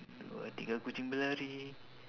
dua tiga kucing berlari